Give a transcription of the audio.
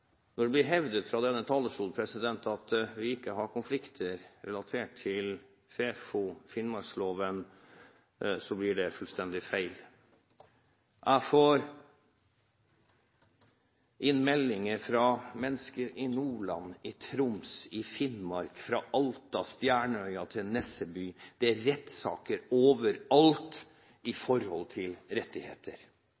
Når det blir hevdet fra denne talerstol at vi ikke har konflikter relatert til FeFo, finnmarksloven, blir det fullstendig feil. Jeg får inn meldinger fra mennesker i Nordland, i Troms, i Finnmark, fra Alta, fra Stjernøya til Nesseby – det er rettssaker overalt